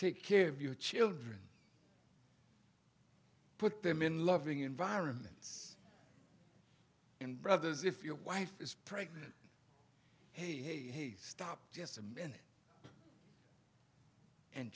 to take care of your children put them in loving environments and brothers if your wife is pregnant hey hey hey stop just a minute and